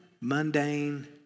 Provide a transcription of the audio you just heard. mundane